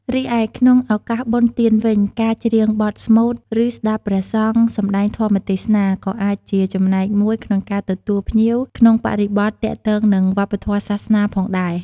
រីឯក្នុងឱកាសបុណ្យទានវិញ ការច្រៀងបទស្មូត ឬ ស្ដាប់ព្រះសង្ឃសម្ដែងធម៌ទេសនាក៏អាចជាចំណែកមួយក្នុងការទទួលភ្ញៀវ ក្នុងបរិបទទាក់ទងនឹងវប្បធម៌សាសនាផងដែរ។